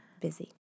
busy